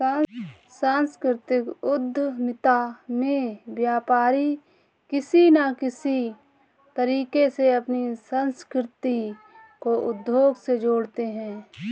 सांस्कृतिक उद्यमिता में व्यापारी किसी न किसी तरीके से अपनी संस्कृति को उद्योग से जोड़ते हैं